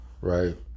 right